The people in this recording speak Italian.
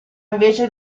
invece